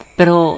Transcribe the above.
Pero